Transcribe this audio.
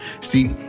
See